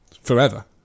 forever